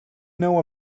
know